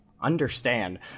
Understand